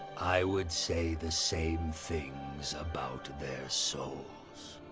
i would say the same things about their so